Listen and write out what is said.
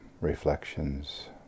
reflections